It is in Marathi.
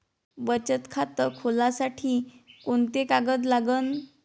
बचत खात खोलासाठी कोंते कागद लागन?